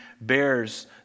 bears